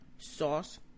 Sauce